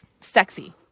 sexy